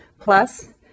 Plus